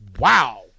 Wow